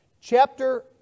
chapter